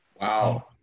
Wow